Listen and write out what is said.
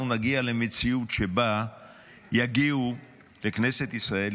נגיע למציאות שבה יגיעו לכנסת ישראל,